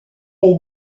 est